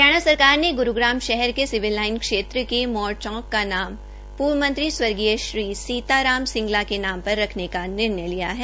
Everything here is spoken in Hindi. हरियाणा सरकार ने ग्रुग्राम शहर के सिविल लाइन क्षेत्र के मोर चौक का नाम पूर्व मंत्री स्वर्गीय श्री सीता राम सिंगला के नाम पर रखने का निर्णय लिया है